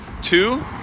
two